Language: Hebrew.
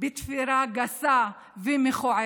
בתפירה גסה ומכוערת,